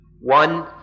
One